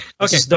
Okay